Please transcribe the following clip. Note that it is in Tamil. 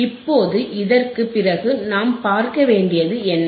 இப்போது இதற்குப் பிறகு நாம் பார்க்க வேண்டியது என்ன